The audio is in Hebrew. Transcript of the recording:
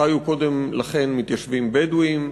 חיו קודם לכן מתיישבים בדואים,